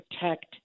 protect